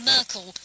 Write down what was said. Merkel